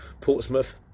Portsmouth